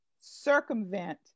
circumvent